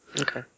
Okay